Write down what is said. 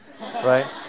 right